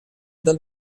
dal